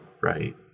right